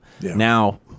now